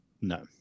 No